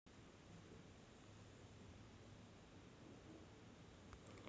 विजेते म्हणून वापरल्या जाणाऱ्या पंख्याचे किंवा टोपलीचे स्वरूप